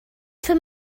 from